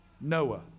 Noah